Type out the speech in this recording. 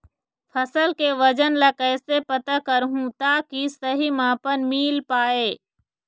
फसल के वजन ला कैसे पता करहूं ताकि सही मापन मील पाए?